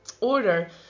order